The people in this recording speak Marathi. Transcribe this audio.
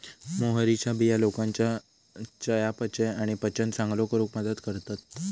मोहरीच्या बिया लोकांच्या चयापचय आणि पचन चांगलो करूक मदत करतत